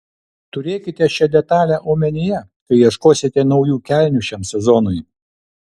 turėkite šią detalę omenyje kai ieškosite naujų kelnių šiam sezonui